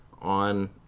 on